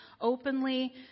openly